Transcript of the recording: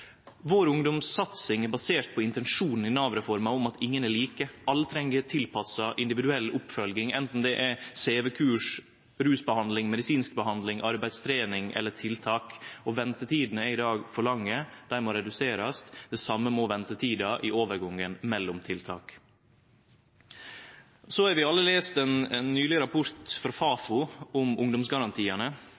Vår ungdomssatsing er basert på intensjonen i Nav-reforma om at ingen er like. Alle treng tilpassa, individuell oppfølging, anten det er CV-kurs, rusbehandling, medisinsk behandling, arbeidstrening eller tiltak. Ventetidene er i dag for lange. Dei må reduserast. Det same må ventetida i overgangen mellom tiltak. Så har vi alle lese ein ny rapport frå Fafo om ungdomsgarantiane.